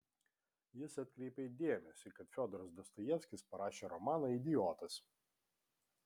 jis atkreipė dėmesį kad fiodoras dostojevskis parašė romaną idiotas